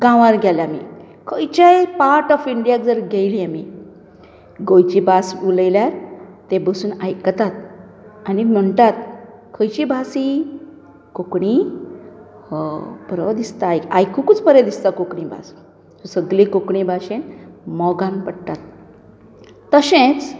गांवात गेल्यार खंयच्याय पार्ट ऑफ इंडियांत जर गेलीं आमीं गोंयची भास उलयल्यार ते बसून आयकतात आनी म्हणटात खंयची भास ही कोंकणी अं बरो दिसता आयकुंकूच बरें दिसता कोंकणी भास सगलीं कोंकणी भाशेंत मोगान पडटात तशेंच